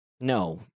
No